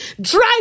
drive